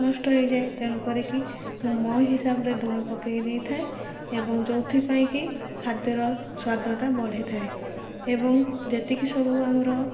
ନଷ୍ଟ ହୋଇଯାଏ ତେଣୁ କରିକି ମୁଁ ମୋ ହିସାବରେ ଲୁଣ ପକାଇ ଦେଇଥାଏ ଏବଂ ଯେଉଁଥିପାଇଁ କି ଖାଦ୍ୟର ସ୍ୱାଦଟା ବଢ଼ିଥାଏ ଏବଂ ଯେତିକି ସବୁ ଆମର